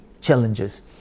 challenges